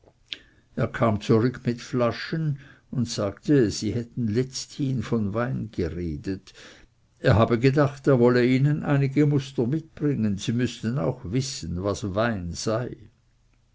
er kam zurück mit flaschen und sagte sie hätten letzthin von wein geredet er habe gedacht er wolle ihnen einige muster mitbringen sie müßten auch wissen was wein sei